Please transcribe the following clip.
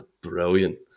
brilliant